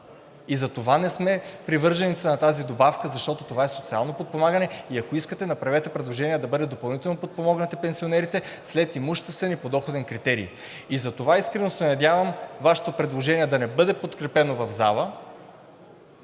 И не сме привърженици на тази добавка, защото това е социално подпомагане. Ако искате, направете предложение да бъдат допълнително подпомогнати пенсионерите след имуществен и подоходен критерий. И затова искрено се надявам Вашето предложение да не бъде подкрепено в залата